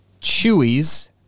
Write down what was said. Chewies